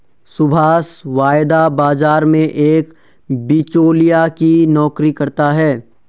सुभाष वायदा बाजार में एक बीचोलिया की नौकरी करता है